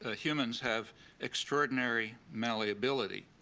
ah humans have extraordinary malleability.